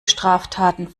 straftaten